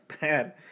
bad